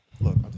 Look